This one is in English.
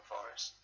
Forest